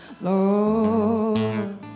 Lord